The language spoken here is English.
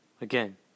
Again